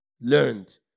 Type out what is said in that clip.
learned